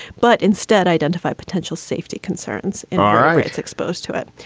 but instead identify potential safety concerns. all right. it's exposed to it.